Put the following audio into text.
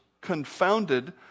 confounded